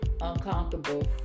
uncomfortable